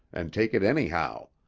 and take it anyhow.